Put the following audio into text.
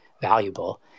valuable